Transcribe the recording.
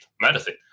medicine